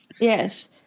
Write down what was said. Yes